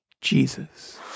Jesus